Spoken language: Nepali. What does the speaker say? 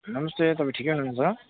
नमस्ते तपाईँ ठिकै हुनुहुन्छ